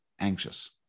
anxious